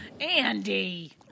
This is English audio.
Andy